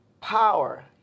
power